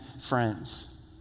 friends